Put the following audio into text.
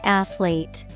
athlete